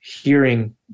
hearing